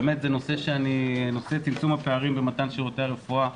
באמת נושא צמצום הפערים ומתן שירותי הרפואה